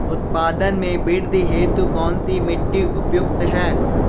उत्पादन में वृद्धि हेतु कौन सी मिट्टी उपयुक्त है?